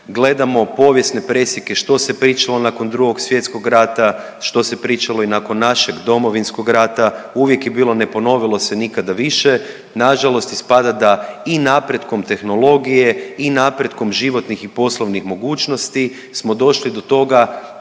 gledamo povijesne presjeke što se pričalo nakon Drugog svjetskog rata, što se pričalo i nakon našeg Domovinskog rata uvijek je bilo, ne ponovilo nikada više. Nažalost, ispada da i napretkom tehnologije i napretkom životnih i poslovnih mogućnosti smo došli do toga